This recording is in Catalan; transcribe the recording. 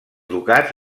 ducats